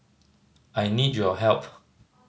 I need your help